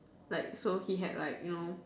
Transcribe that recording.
like so he had like you know